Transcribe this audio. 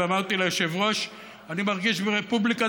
ואני אמרתי ליושב-ראש: אני מרגיש ברפובליקת